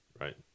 Right